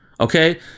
okay